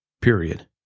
period